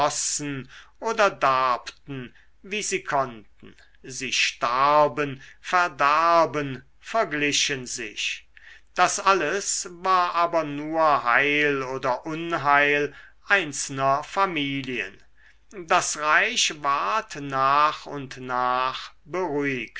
oder darbten wie sie konnten sie starben verdarben verglichen sich das alles war aber nur heil oder unheil einzelner familien das reich ward nach und nach beruhigt